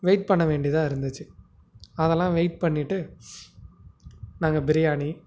wait பண்ண வேண்டியதாக இருந்துச்சு அதெல்லாம் வெயிட் பண்ணிட்டு நாங்கள் பிரியாணி